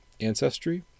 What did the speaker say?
ancestry